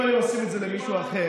אם היו עושים את זה למישהו אומר,